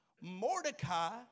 Mordecai